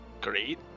Great